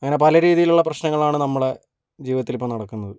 അങ്ങനെ പല രീതിയിലുള്ള പ്രശ്നങ്ങളാണ് നമ്മുടെ ജീവിതത്തിൽ ഇപ്പോൾ നടക്കുന്നത്